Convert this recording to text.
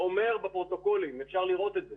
,אומר בפרוטוקולים ואפשר לראות את זה